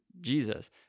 Jesus